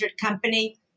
company